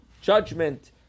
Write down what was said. judgment